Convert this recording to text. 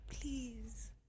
Please